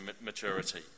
maturity